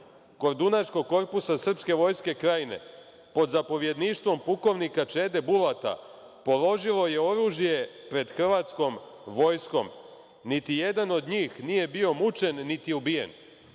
kordunaškog korpusa Srpske vojske Krajine, pod zapovjedništvom pukovnika Čede Bulata, položilo je oružje pred hrvatskom vojskom. Niti jedan od njih nije bio mučen, niti ubijen“.Za